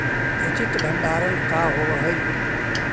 उचित भंडारण का होव हइ?